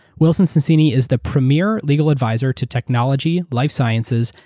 wilson sonsini is the premier legal adviser to technology, life sciences,